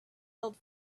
held